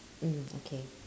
mm okay